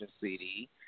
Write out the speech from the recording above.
CD